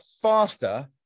faster